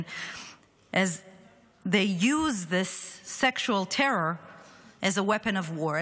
and they use the sexual terror as a weapon of war.